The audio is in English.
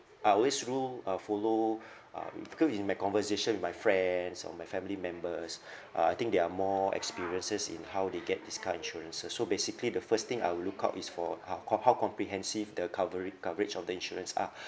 I always rule uh follow uh because in my conversation with friends or my family members uh I think they are more experiences in how they get this car insurances so basically the first thing I will lookout is for uh c~ how comprehensive the covering coverage of the insurance are